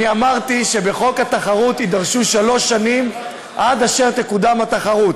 אני אמרתי שבחוק התחרות יידרשו שלוש שנים עד אשר תקודם התחרות.